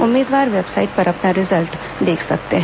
उम्मीदवार वेबसाइट पर अपना रिजल्ट देख सकते हैं